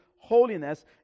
holiness